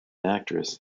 actress